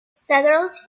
settlers